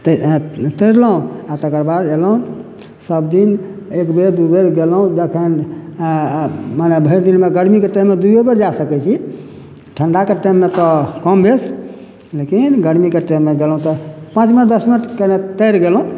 तैर तैरलहुॅं आ तकर बाद अयलहुॅं सब दिन एक बेर दू बेर गेलहुॅं जखन मने भरि दिनमे गर्मीके टाइममे दूओ बेर जा सकैत छी ठण्डाके टाइममे तऽ कम बेस लेकिन गर्मीके टाइममे गेलहुॅं तऽ पाँच मिनट दस मिनट कने तैर लेलहुॅं